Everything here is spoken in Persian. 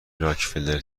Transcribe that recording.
راکفلر